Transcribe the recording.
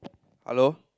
hello